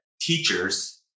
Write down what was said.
teachers